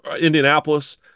Indianapolis